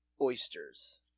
oysters